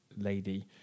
lady